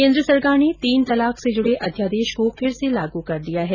केन्द्र सरकार ने तीन तलाक से जुड़े अध्यादेश को फिर से लागू कर दिया है